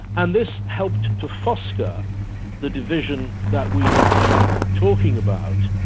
and this helped to foster the division that we have been talking about.